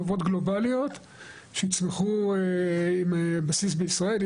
חברות גלובליות שיצמחו עם בסיס בישראל,